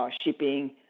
shipping